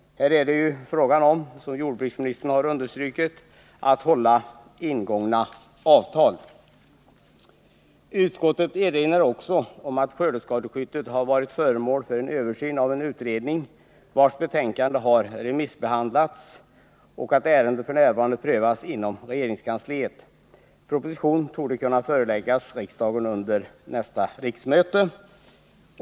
Det är här, som jordbruksministern understrukit, fråga om att hålla ingångna avtal. Nr 110 Utskottet erinrar också om att skördeskadeskyddet har varit föremål för Onsdagen den en översyn av en utredning, vars betänkande har remissbehandlats, och om 26 mars 1980 att ärendet f. n. prövas inom regeringskansliet. Proposition torde kunna föreläggas riksdagen under nästa riksmöte.